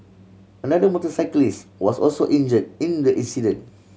another motorcyclist was also injure in the incident